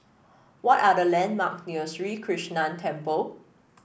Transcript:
what are the landmark near Sri Krishnan Temple